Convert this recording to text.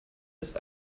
ist